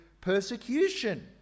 persecution